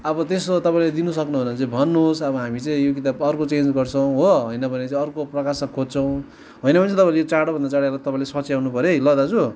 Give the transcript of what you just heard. अब त्यसो तपाईँले दिनसक्नु हुँदैन भने चाहिँ भन्नुहोस् अब हामी चाहिँ यो किताब अर्को चेन्ज गर्छौँ हो होइन भने चाहिँ अर्को प्रकाशक खोज्छौँ होइन भने चाहिँ यो तपाईँले चाँडोभन्दा चाँडो तपाईँले सच्याउनु पऱ्यो है ल दाजु